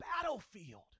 battlefield